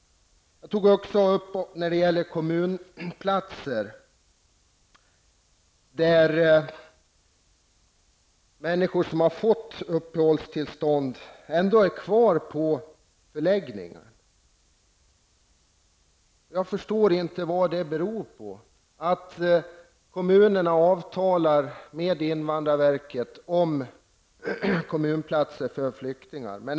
Jag tog också upp kommunplatserna. Det förekommer att människor som har fått uppehållstillstånd ändå blir kvar på förläggningarna. Jag förstår inte vad det beror på. Kommunerna avtalar med invandrarverket om kommunplatser för flyktingar.